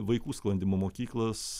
vaikų sklandymo mokyklas